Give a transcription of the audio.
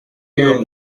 que